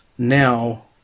Now